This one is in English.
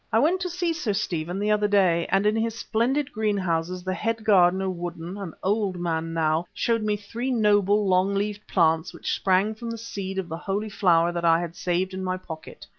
i went to see sir stephen the other day, and in his splendid greenhouses the head gardener, woodden, an old man now, showed me three noble, long-leaved plants which sprang from the seed of the holy flower that i had saved in my pocket.